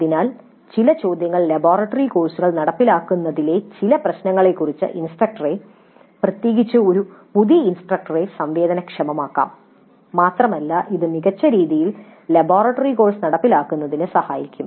അതിനാൽ ചില ചോദ്യങ്ങൾ ലബോറട്ടറി കോഴ്സുകൾ നടപ്പിലാക്കുന്നതിലെ ചില പ്രശ്നങ്ങളെക്കുറിച്ച് ഇൻസ്ട്രക്ടറെ പ്രത്യേകിച്ച് ഒരു പുതിയ ഇൻസ്ട്രക്ടറെ സംവേദനക്ഷമമാക്കാം മാത്രമല്ല ഇത് മികച്ച രീതിയിൽ ലബോറട്ടറി കോഴ്സ് നടപ്പിലാക്കുന്നതിന് സഹായിക്കും